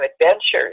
adventures